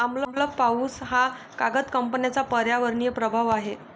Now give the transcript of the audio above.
आम्ल पाऊस हा कागद कंपन्यांचा पर्यावरणीय प्रभाव आहे